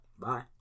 Bye